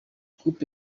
coup